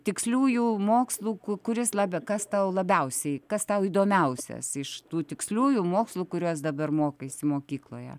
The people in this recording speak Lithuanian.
tiksliųjų mokslų kuris labiau kas tau labiausiai kas tau įdomiausias iš tų tiksliųjų mokslų kuriuos dabar mokaisi mokykloje